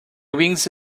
wings